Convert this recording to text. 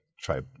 try